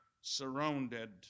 surrounded